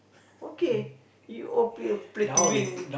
okay you all play play to win